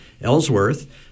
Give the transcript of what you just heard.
Ellsworth